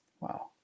wow